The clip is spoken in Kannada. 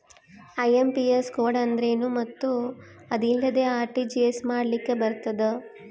ಐ.ಎಫ್.ಎಸ್.ಸಿ ಕೋಡ್ ಅಂದ್ರೇನು ಮತ್ತು ಅದಿಲ್ಲದೆ ಆರ್.ಟಿ.ಜಿ.ಎಸ್ ಮಾಡ್ಲಿಕ್ಕೆ ಬರ್ತೈತಾ?